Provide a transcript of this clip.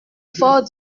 fort